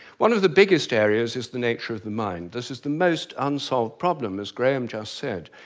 one of the biggest areas is the nature of the mind. this is the most unsolved problem as graham just said,